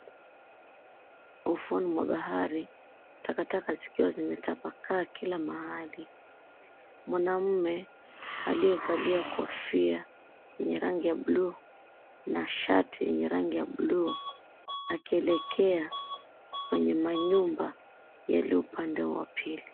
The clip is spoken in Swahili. Ufuoni mwa bahari takataka zikiwa zimetapakaa kila mahali. Mwanaume aliyevalia kofia yenye rangi ya buluu na shati yenye rangi ya buluu, akielekea kwenye manyumba yaliyo upande wa pili.